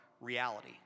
reality